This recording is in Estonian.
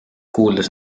kuuldes